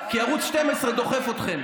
כי ערוץ 12 דוחף אתכם.